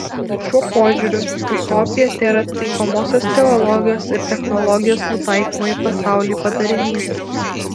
šiuo požiūriu utopija tėra taikomosios teologijos ir technologijos nutaikymo į pasaulį padarinys